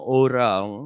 orang